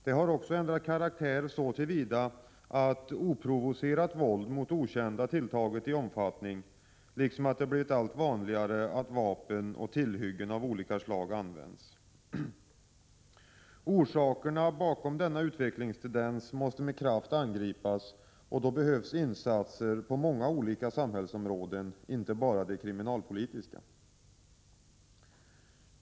Det har också ändrat karaktär så till vida att oprovocerat våld mot okända tilltagit i omfattning liksom att det blir allt vanligare att vapen och tillhyggen av olika slag används. Orsakerna bakom denna utvecklingstendens måste med kraft angripas, och då behövs insatser på många olika samhällsområden, inte bara det kriminalpolitiska.